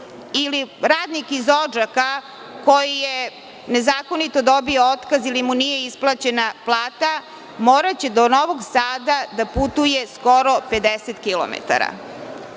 ili radnik iz Odžaka koji je nezakonito dobio otkaz ili mu nije isplaćena plata, moraće do Novog Sada da putuje skoro 50